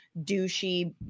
douchey